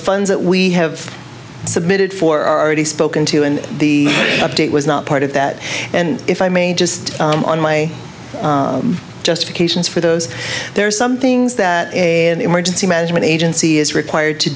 funds that we have submitted for are already spoken to in the update was not part of that and if i may just on my justifications for those there are some things that a and emergency management agency is required to